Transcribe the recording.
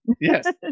Yes